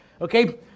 Okay